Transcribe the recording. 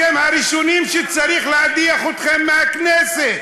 אתם הראשונים שצריך להדיח מהכנסת.